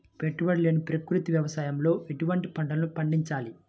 పెట్టుబడి లేని ప్రకృతి వ్యవసాయంలో ఎటువంటి పంటలు పండించాలి?